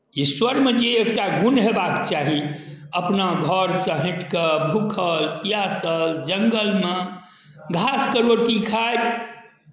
ईश्वरमे जे एकटा गुण हेबाक चाही अपना घरसँ हटि कऽ भूखल पियासल जङ्गलमे घासके रोटी खाइत